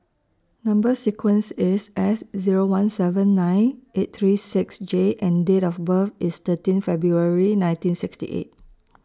Number sequence IS S Zero one seven nine eight three six J and Date of birth IS thirteen February nineteen sixty eight